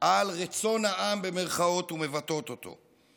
על רצון העם ומבטאות אותו.